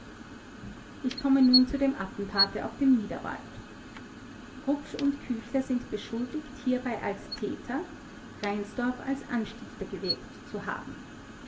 ich komme nun zu dem attentate auf dem niederwald rupsch und küchler sind beschuldigt hierbei als täter reinsdorf als anstifter gewirkt zu haben